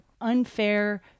unfair